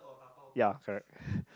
yeah correct